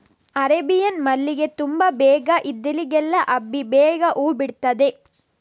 Arabian ಮಲ್ಲಿಗೆ ತುಂಬಾ ಬೇಗ ಇದ್ದಲ್ಲಿಗೆಲ್ಲ ಹಬ್ಬಿ ಬೇಗ ಹೂ ಬಿಡ್ತದೆ